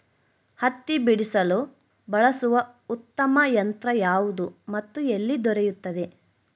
ಹತ್ತಿ ಬಿಡಿಸಲು ಬಳಸುವ ಉತ್ತಮ ಯಂತ್ರ ಯಾವುದು ಮತ್ತು ಎಲ್ಲಿ ದೊರೆಯುತ್ತದೆ?